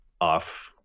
off